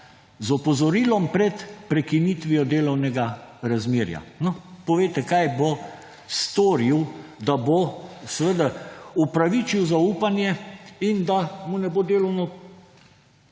z opozorilom pred prekinitvijo delovnega razmerja. No, povejte, kaj bo storil, da bo seveda upravičil zaupanje in da mu ne bo delovno